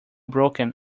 broken